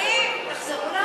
יריב, תחזרו לעזה.